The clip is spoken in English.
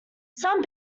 some